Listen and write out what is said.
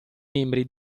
membri